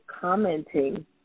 commenting